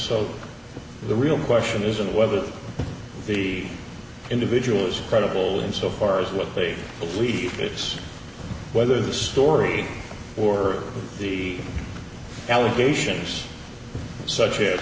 so the real question isn't whether the individual is credible in so far as what they believe it's whether the story or the allegations such